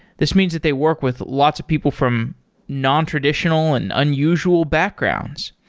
this means that they work with lots of people from nontraditional and unusual backgrounds.